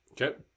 okay